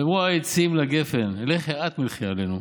ויאמרו העצים לגפן לכי את מלכי עלינו.